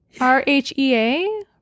R-H-E-A